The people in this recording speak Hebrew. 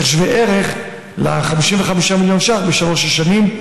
אשר שווה ערך ל-55 מיליון ש"ח לשלוש השנים,